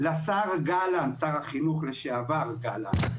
לשר החינוך לשעבר גלנט,